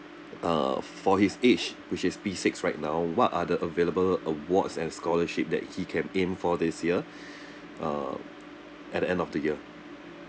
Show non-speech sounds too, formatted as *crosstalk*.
uh for his age which is P six right now what are the available awards and scholarship that he can aim for this year *breath* uh at the end of the year